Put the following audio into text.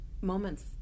moments